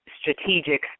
strategic